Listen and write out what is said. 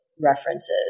references